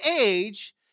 age